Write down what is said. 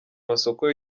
masoko